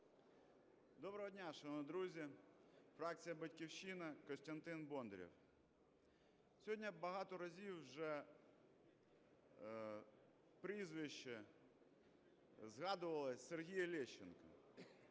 Доброго дня, шановні друзі. Фракція "Батьківщина", Костянтин Бондарєв. Сьогодні багато разів вже прізвище згадувалося Сергія Лещенка.